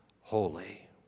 holy